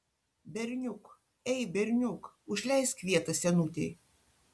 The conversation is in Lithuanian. berniuk ei berniuk užleisk vietą senutei